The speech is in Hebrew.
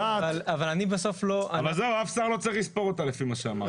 אבל אף שר לא צריך לספור אותה לפי מה שאמרת.